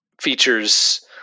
features